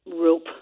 rope